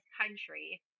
country